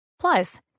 Plus